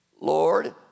Lord